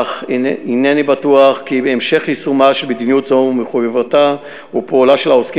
אך הנני בטוח כי המשך יישומה של מדיניות זו ומחויבותה ופעולה של העוסקים